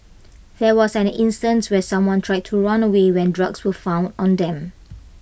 there was an instance where someone tried to run away when drugs were found on them